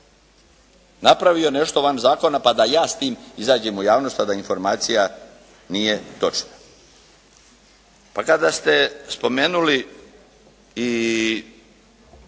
napravio nešto van zakona pa da ja s tim izađem u javnost, a da informacija nije točna. Pa kada ste spomenuli i